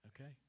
okay